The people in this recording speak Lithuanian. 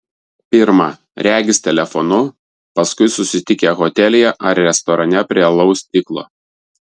pirma regis telefonu paskui susitikę hotelyje ar restorane prie alaus stiklo